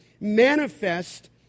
Manifest